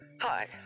Hi